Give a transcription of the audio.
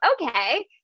Okay